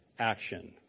action